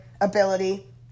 ability